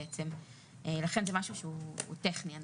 לכן הדבר הזה טכני.